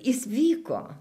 jis vyko